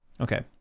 Okay